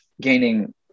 gaining